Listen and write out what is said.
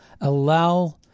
allow